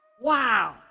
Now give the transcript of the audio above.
Wow